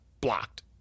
blocked